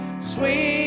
sweet